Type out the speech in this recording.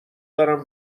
دارم